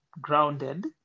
grounded